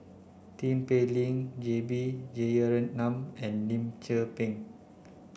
Tin Pei Ling J B Jeyaretnam and Lim Tze Peng